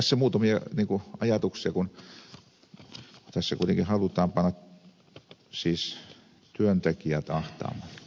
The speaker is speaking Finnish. tässä muutamia ajatuksia kun tässä kuitenkin siis halutaan panna työntekijät ahtaammalle